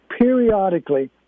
periodically